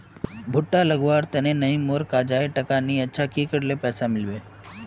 भुट्टा लगवार तने नई मोर काजाए टका नि अच्छा की करले पैसा मिलबे?